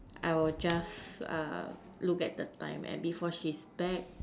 I will just uh look at the time and before she's back